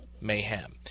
Mayhem